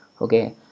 okay